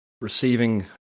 receiving